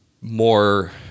more